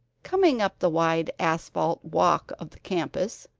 coming up the wide asphalt walk of the campus,